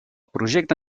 projecte